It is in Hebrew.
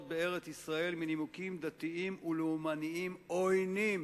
בארץ-ישראל מנימוקים דתיים ולאומניים עוינים.